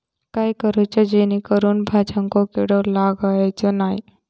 काय करूचा जेणेकी भाजायेंका किडे लागाचे नाय?